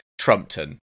Trumpton